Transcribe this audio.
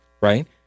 right